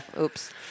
Oops